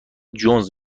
جونز